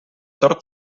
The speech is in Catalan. tord